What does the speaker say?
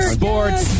sports